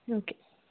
okay